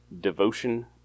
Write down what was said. Devotion